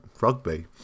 Rugby